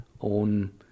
own